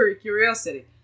curiosity